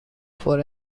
for